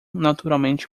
naturalmente